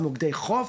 מוקדי חוף,